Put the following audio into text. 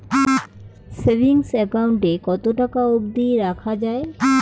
Savings account এ কতো টাকা অব্দি রাখা যায়?